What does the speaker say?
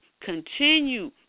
continue